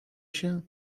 się